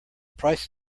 price